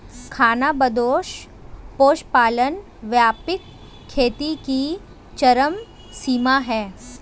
खानाबदोश पशुपालन व्यापक खेती की चरम सीमा है